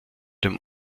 dem